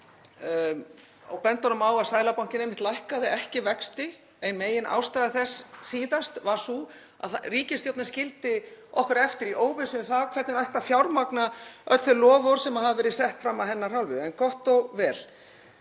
og bendi honum á að Seðlabankinn lækkaði einmitt ekki vexti. Ein meginástæða þess síðast var sú að ríkisstjórnin skildi okkur eftir í óvissu um það hvernig ætti að fjármagna öll þau loforð sem hafa verið sett fram af hennar hálfu. En gott og vel.